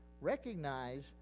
recognize